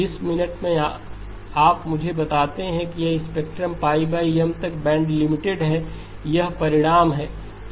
जिस मिनट में आप मुझे बताते हैं कि यह स्पेक्ट्रम M तक बैंडलिमिटेड है यह परिणाम है